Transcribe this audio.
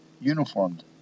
Uniformed